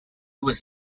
was